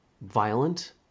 violent